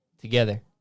together